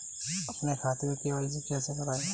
अपने खाते में के.वाई.सी कैसे कराएँ?